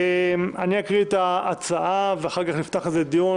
אני אקרא את ההצעה ואחר כך אפתח את זה לדיון.